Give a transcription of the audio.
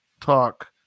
Talk